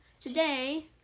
Today